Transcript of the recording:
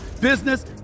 business